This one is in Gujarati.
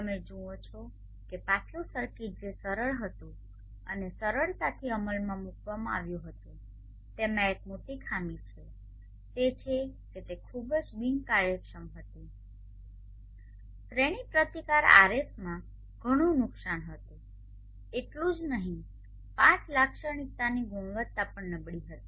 તમે જુઓ છો કે પાછલું સર્કિટ જે સરળ હતું અને સરળતાથી અમલમાં મુકવામાં આવ્યું હતું તેમાં એક મોટી ખામી છે તે તે છે કે તે ખૂબ જ બિનકાર્યક્ષમ હતી શ્રેણી પ્રતિકાર RS માં ઘણું નુકસાન હતું અને એટલું જ નહીં IV લાક્ષણિકતાની ગુણવત્તા પણ નબળી હતી